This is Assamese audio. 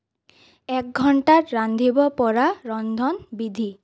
এঘন্টাত ৰান্ধিব পৰা ৰন্ধনবিধি